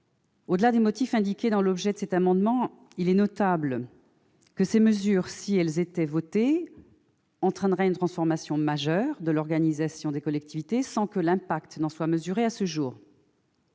Au-delà des motifs indiqués dans l'objet de cet amendement, il est notable que ces mesures, si elles étaient votées, entraîneraient une transformation majeure de l'organisation des collectivités, sans que l'impact en soit mesuré à ce jour.